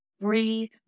breathe